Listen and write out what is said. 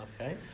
okay